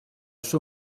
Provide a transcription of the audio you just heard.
suo